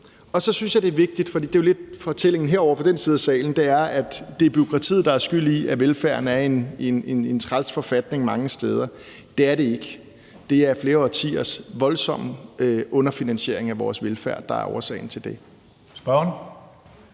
er HK'ere, ikke laver noget fornuftigt. Fortællingen ovre i den ene side af salen er, at det er bureaukratiet, der er skyld i, at velfærden er i en træls forfatning mange steder, men det er det ikke. Det er flere årtiers voldsomme underfinansiering af vores velfærd, der er årsagen til det. Kl.